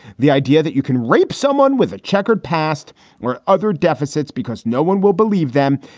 the idea that you can rape someone with a checkered past where other deficits, because no one will believe them,